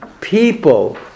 people